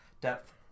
depth